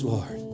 Lord